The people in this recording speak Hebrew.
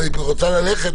היא רוצה ללכת,